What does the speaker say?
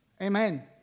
Amen